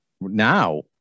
now